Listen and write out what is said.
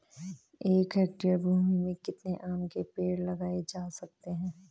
एक हेक्टेयर भूमि में कितने आम के पेड़ लगाए जा सकते हैं?